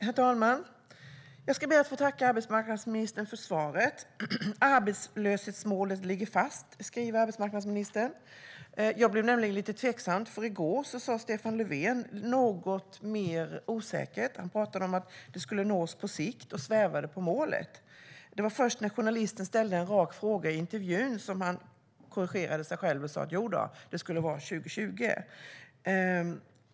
Herr talman! Jag ska be att få tacka arbetsmarknadsministern för svaret. Arbetslöshetsmålet ligger fast, säger arbetsmarknadsministern. Jag blev lite tveksam i går, när Stefan Löfven lät osäker. Han pratade om att det skulle nås på sikt och svävade på målet. Det var först när journalisten ställde en rak fråga i intervjun som han korrigerade sig själv och sa att det skulle vara 2020.